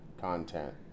content